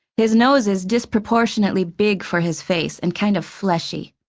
his nose is disproportionately big for his face, and kind of fleshy.